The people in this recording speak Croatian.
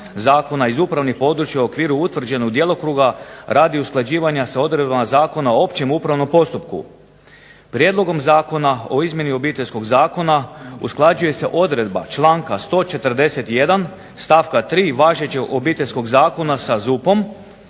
Zakona iz upravnih područja u okviru utvrđenog djelokruga radi usklađivanja sa odredbama Zakona o općem upravnom postupku. Prijedlogom zakona o izmjeni Obiteljskog zakona usklađuje se odredba članka 141. stavka 3. važećeg Obiteljskog zakona sa ZUP-om